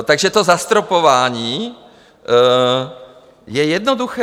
Takže to zastropování je jednoduché.